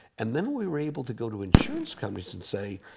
and then we were able to go to insurance companies and say,